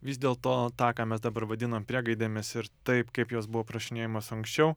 vis dėl to tą ką mes dabar vadinam priegaidėmis ir taip kaip jos buvo aprašinėjimos anksčiau